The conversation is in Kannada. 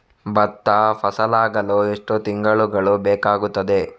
ಭತ್ತ ಫಸಲಾಗಳು ಎಷ್ಟು ತಿಂಗಳುಗಳು ಬೇಕಾಗುತ್ತದೆ?